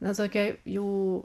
nes tokia jų